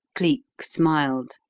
cleek smiled.